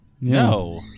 No